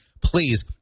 please